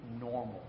normal